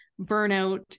burnout